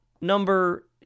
number